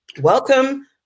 welcome